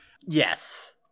Yes